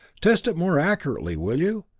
test it more accurately, will you